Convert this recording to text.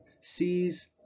sees